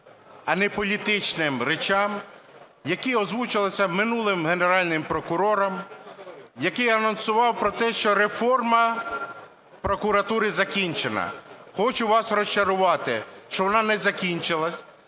а не політичним речам, які озвучувалися минулим Генеральним прокурором, який анонсував про те, що реформа прокуратури закінчена. Хочу вас розчарувати, що вона не закінчилась,